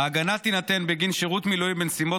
ההגנה תינתן בגין שירות מילואים בנסיבות